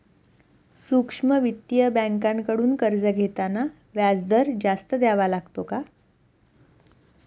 सूक्ष्म वित्तीय बँकांकडून कर्ज घेताना व्याजदर जास्त द्यावा लागतो का?